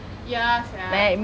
ya sia